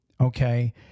okay